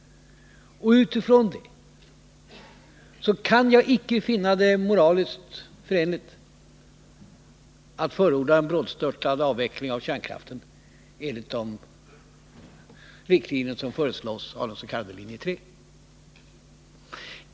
Utifrån det kan jag icke finna det moraliskt att förorda en brådstörtad avveckling av kärnkraften enligt de riktlinjer som föreslås av den s.k. linje 3.